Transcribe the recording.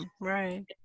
right